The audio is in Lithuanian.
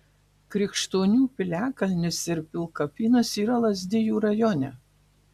krikštonių piliakalnis ir pilkapynas yra lazdijų rajone